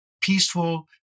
peaceful